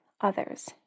others